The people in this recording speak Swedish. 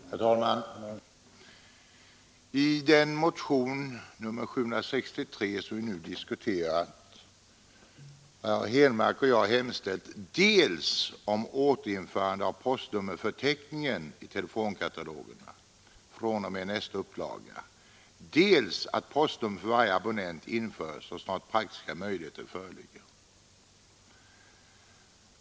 Herr talman! I motionen 763, som vi nu diskuterar, har herr Henmark och jag hemställt dels om återinförande av postnummerförteckningen i telefonkatalogerna fr.o.m. nästa upplaga, dels att postnummer för varje abonnent införs så snart praktiska möjligheter föreligger.